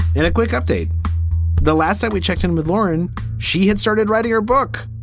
and a quick update the last time we checked in with lauren she had started writing her book